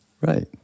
right